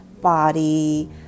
body